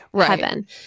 heaven